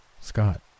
Scott